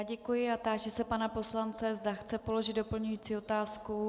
Děkuji a táži se pana poslance, zda chce položit doplňující otázku.